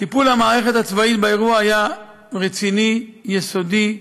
טיפול המערכת הצבאית באירוע היה רציני, יסודי.